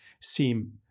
seem